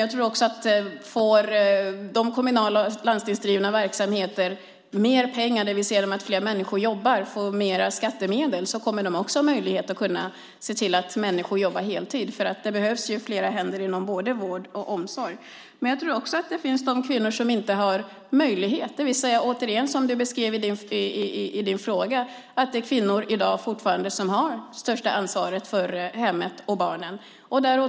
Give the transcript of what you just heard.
Jag tror också att om de kommunala och landstingsdrivna verksamheterna får mer pengar genom att fler jobbar och de får mer skattemedel kommer de också att kunna se till att människor jobbar heltid. Det behövs ju fler händer inom både vård och omsorg. Jag tror också att det finns kvinnor som inte har möjlighet. Som du beskrev i din fråga är det fortfarande kvinnorna som har det största ansvaret för hemmet och barnen.